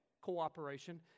cooperation